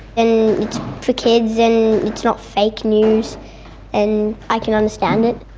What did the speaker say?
and for kids and it's not fake news and i can understand it.